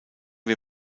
wir